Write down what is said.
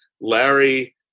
Larry